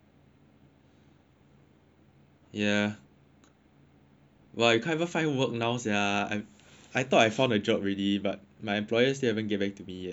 ya why you can't even find work now sia I I thought I found a job already but my employers they haven't get back to me yet anyway